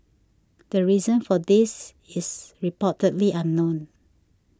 the reason for this is reportedly unknown